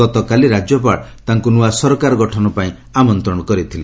ଗତକାଲି ରାଜ୍ୟପାଳ ତାଙ୍କୁ ନୂଆ ସରକାର ଗଠନ ପାଇଁ ଆମନ୍ତ୍ରଣ କରିଥିଲେ